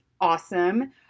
awesome